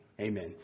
Amen